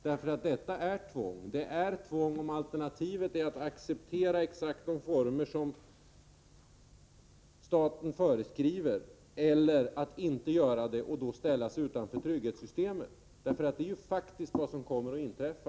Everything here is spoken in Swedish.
Det är nämligen tvång om man antingen måste acceptera exakt de former som staten föreskriver eller, om man inte gör detta, ställas utanför trygghetssystemet. Och det är faktiskt det som kommer att inträffa.